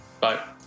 Bye